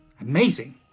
Amazing